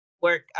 work